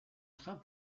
train